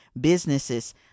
businesses